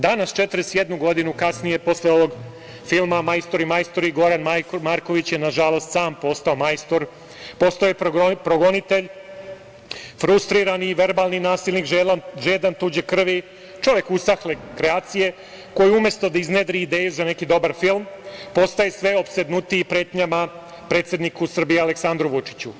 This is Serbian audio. Danas, 41 godinu kasnije posle ovog filma "Majstori, majstori", Goran Marković je nažalost sam postao majstor, postao je progonitelj, frustrirani i verbalni nasilnik, žedan tuđe krvi, čovek usahle kreacije koji umesto da iznedri ideje za neki dobar film, postaje sve opsednutiji pretnjama predsedniku Srbije Aleksandru Vučiću.